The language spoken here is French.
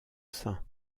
saint